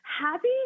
happy